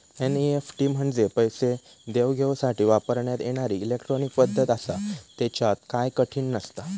NEFT म्हंजे पैसो देवघेवसाठी वापरण्यात येणारी इलेट्रॉनिक पद्धत आसा, त्येच्यात काय कठीण नसता